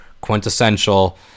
quintessential